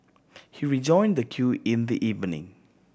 he rejoined the queue in the evening